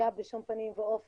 זה היה בשום פנים ואופן,